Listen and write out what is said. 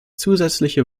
zusätzliche